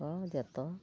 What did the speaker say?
ᱡᱚᱛᱚ